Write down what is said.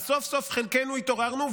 אז סוף-סוף חלקנו התעוררנו,